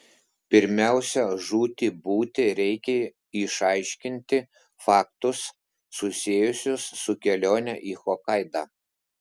pirmiausia žūti būti reikia išaiškinti faktus susijusius su kelione į hokaidą